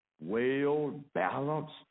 well-balanced